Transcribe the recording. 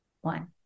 one